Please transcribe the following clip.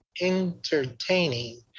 entertaining